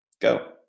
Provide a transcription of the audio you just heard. Go